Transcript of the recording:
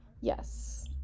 Yes